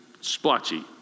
splotchy